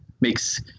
makes